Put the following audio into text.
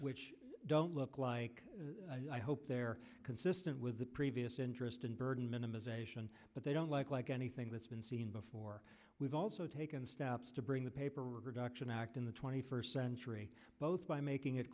which don't look like i hope they're consistent with the previous interest in burden minimisation but they don't like like anything that's been seen before we've also taken steps to bring the paperwork reduction act in the twenty first century both by making it